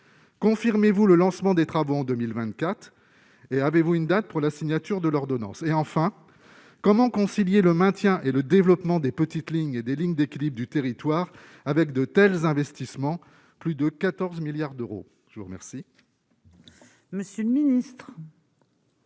confirmez-vous le lancement des travaux en 2024 et avez-vous une date pour la signature de l'ordonnance et enfin comment concilier le maintien et le développement des petites lignes et des lignes d'équilibre du territoire avec de tels investissements, plus de 14 milliards d'euros, je vous remercie. Monsieur le ministre.